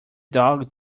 dog